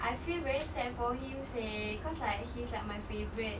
I feel very sad for him seh cause like he's like my favourite